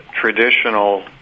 traditional